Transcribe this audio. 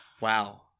Wow